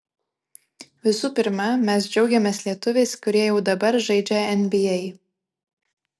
visų pirma mes džiaugiamės lietuviais kurie jau dabar žaidžia nba